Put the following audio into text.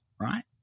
right